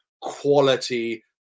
quality